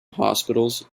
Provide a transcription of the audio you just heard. hospitals